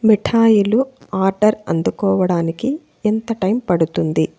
మిఠాయిలు ఆర్డర్ అందుకోవడానికి ఎంత టైం పడుతుంది